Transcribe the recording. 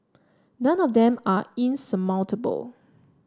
none of them are insurmountable